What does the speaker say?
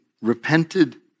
repented